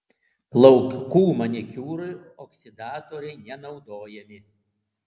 plaukų manikiūrui oksidatoriai nenaudojami